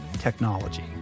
technology